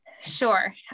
Sure